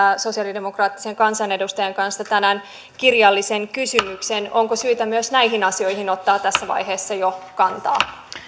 sosialidemokraattisen kansanedustajan kanssa tänään kirjallisen kysymyksen onko syytä myös näihin asioihin ottaa jo tässä vaiheessa kantaa